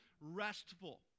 restful